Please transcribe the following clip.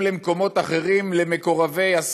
נוכח סופה לנדבר, אינה נוכחת שולי מועלם-רפאלי,